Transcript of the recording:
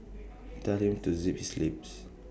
tell him to zip his lips